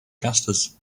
casters